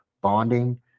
bonding